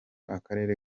akarere